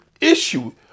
issue